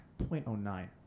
0.09